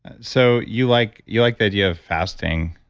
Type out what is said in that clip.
and so, you like you like the idea of fasting